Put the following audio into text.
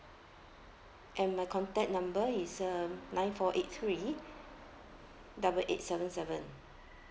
and my contact number is um nine four eight three double eight seven seven